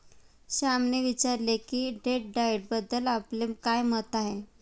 श्यामने विचारले की डेट डाएटबद्दल आपले काय मत आहे?